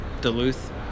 Duluth